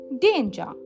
Danger